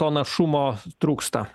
to našumo trūksta